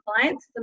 clients